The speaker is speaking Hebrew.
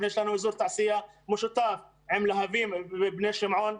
יש לנו אזור תעשייה משותף עם להבים ועם בני שמעון.